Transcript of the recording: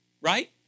right